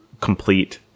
complete